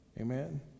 Amen